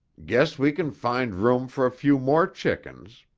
guess we can find room for a few more chickens.